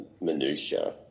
minutiae